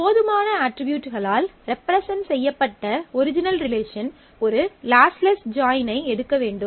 போதுமான அட்ரிபியூட்களால் ரெப்ரசன்ட் செய்யப்பட்ட ஒரிஜினல் ரிலேசன் ஒரு லாஸ்லெஸ் ஜாயின் ஐ எடுக்க வேண்டும்